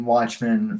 Watchmen